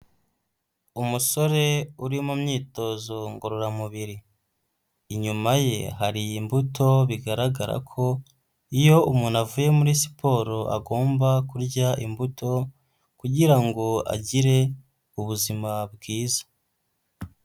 Umusore uri mu myitozo ngororamubiri, inyuma ye hari imbuto bigaragara ko iyo umuntu avuye muri siporo agomba kurya imbuto kugira ngo agire ubuzima bwiza.